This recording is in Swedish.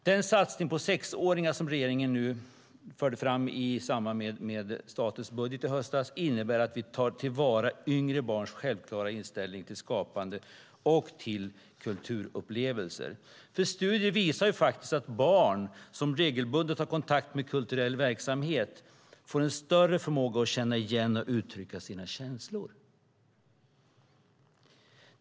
Den satsning på sexåringarna som regeringen förde fram i samband med statens budget i höstas innebär att vi tar till vara yngre barns självklara inställning till skapande och till kulturupplevelser. Studier visar att barn som regelbundet har kontakt med kulturell verksamhet får en större förmåga att känna igen och uttrycka sina känslor.